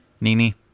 Nini